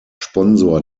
sponsor